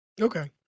Okay